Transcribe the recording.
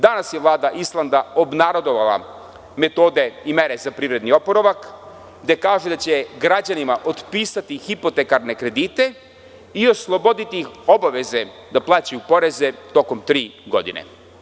Danas je Vlada Islanda obnarodovala metode i mere za privredni oporavak, gde kaže da će građanima otpisati hipotekarne kredite i osloboditi ih obaveze da plaćaju poreze tokom tri godine.